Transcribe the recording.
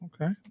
okay